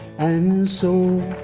and so